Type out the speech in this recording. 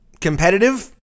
competitive